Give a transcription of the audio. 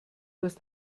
hast